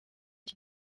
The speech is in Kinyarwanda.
iki